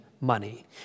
money